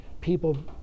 people